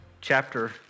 chapter